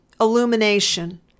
illumination